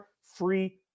free